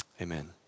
amen